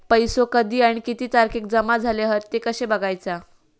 पैसो कधी आणि किती तारखेक जमा झाले हत ते कशे बगायचा?